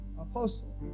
Apostle